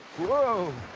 whoa.